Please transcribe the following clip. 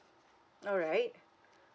alright